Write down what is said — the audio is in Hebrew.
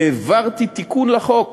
העברתי תיקון לחוק